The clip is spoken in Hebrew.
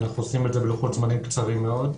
אנחנו עושים את זה בלוחות זמנים קצרים מאוד,